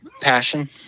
Passion